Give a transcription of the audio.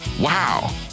wow